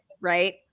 right